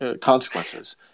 consequences